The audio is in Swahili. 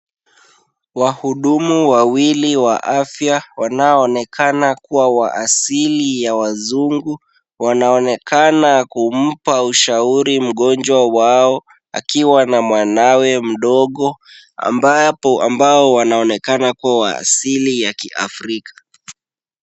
Wahudumu wawili wa afya, wanao onekana kuwa wa asili ya wazungu, wanaonekana kumpa ushauri mgonjwa wao akiwa na mwanawe mdogo ambao wanaonekana kuwa wa asili ya kiafrika.